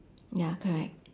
ya correct